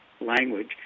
language